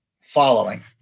following